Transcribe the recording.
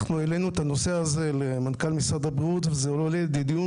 אנחנו העלנו את הנושא הזה גם למנכ״ל משרד הבריאות וזה עולה לדיון